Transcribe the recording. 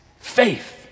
faith